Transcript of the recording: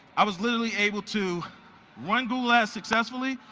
i was literally able to run google ads successfully,